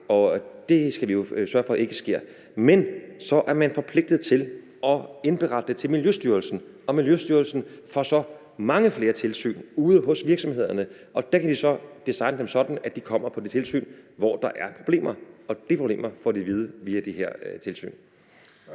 og det skal vi sørge for ikke sker. Men så er man forpligtet til at indberette det til Miljøstyrelsen, og Miljøstyrelsen foretager så mange flere tilsyn ude hos virksomhederne, og der kan de så designe dem sådan, at de kommer på det tilsyn, hvor der er problemer. De problemer får de at vide via de her tilsyn.